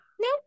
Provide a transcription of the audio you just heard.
No